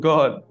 God